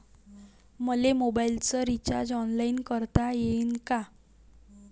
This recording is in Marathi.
मले मोबाईलच रिचार्ज ऑनलाईन करता येईन का?